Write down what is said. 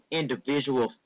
individual